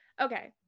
okay